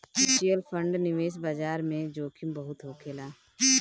mutual fund निवेश बाजार में जोखिम बहुत होखेला